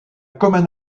commun